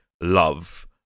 love